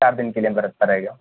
سات دن کے لیے اچھا رہے گا